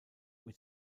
mit